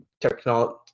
technology